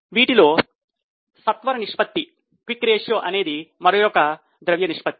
వీటిలో సత్వర నిష్పత్తి